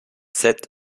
sept